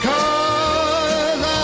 Cause